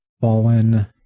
fallen